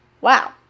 wow